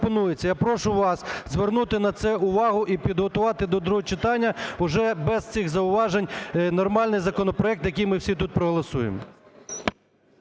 Я прошу вас звернути на це увагу і підготувати до другого читання уже без цих зауважень нормальний законопроект, який ми всі тут проголосуємо.